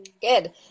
good